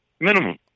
Minimum